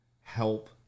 help